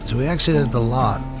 we exited the lot,